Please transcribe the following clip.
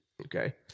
okay